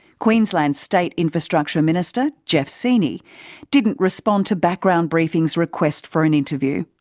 queensland's state infrastructure minister jeff seeney didn't respond to background briefing's request for an interview,